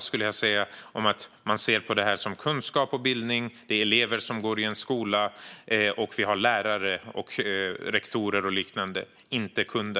Jag skulle säga att det normala är att man ser på detta som kunskap och bildning. Det är elever, inte kunder, som går i en skola. Och vi har lärare och rektorer och liknande.